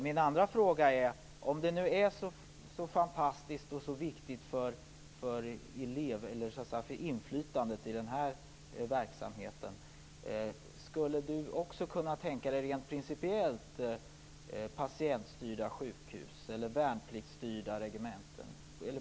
Min andra fråga är: Om styrelser nu är så fantastiskt och viktigt för inflytandet i den här verksamheten, skulle Tomas Eneroth rent principiellt kunna tänka sig patientstyrda sjukhus eller värnpliktsstyrda regementen?